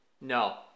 no